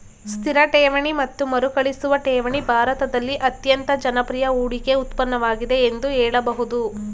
ಸ್ಥಿರ ಠೇವಣಿ ಮತ್ತು ಮರುಕಳಿಸುವ ಠೇವಣಿ ಭಾರತದಲ್ಲಿ ಅತ್ಯಂತ ಜನಪ್ರಿಯ ಹೂಡಿಕೆ ಉತ್ಪನ್ನವಾಗಿದೆ ಎಂದು ಹೇಳಬಹುದು